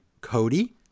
Cody